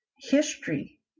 history